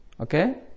Okay